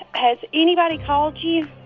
has anybody called you?